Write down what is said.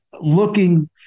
looking